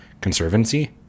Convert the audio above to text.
Conservancy